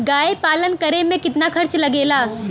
गाय पालन करे में कितना खर्चा लगेला?